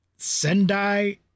Sendai